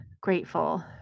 grateful